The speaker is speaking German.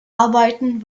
arbeiten